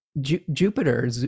Jupiter